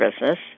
business